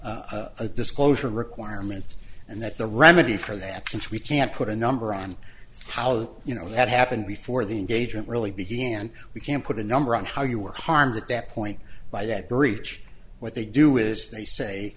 a disclosure requirements and that the remedy for that since we can't put a number on how that you know that happened before the engagement really began we can't put a number on how you were harmed at that point by that breach what they do is they